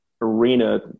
arena